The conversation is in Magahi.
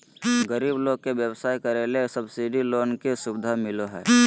गरीब लोग के व्यवसाय करे ले सब्सिडी लोन के सुविधा मिलो हय